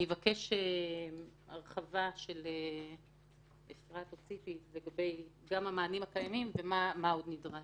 אני אבקש הרחבה של אפרת או ציפי לגבי המענים הקיימים ומה עוד נדרש.